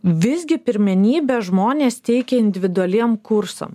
visgi pirmenybę žmonės teikia individualiem kursam